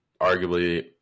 arguably